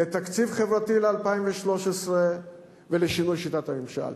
לתקציב חברתי ל-2013 ולשינוי שיטת הממשל.